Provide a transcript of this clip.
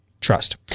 trust